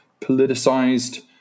politicized